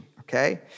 okay